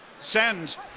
sends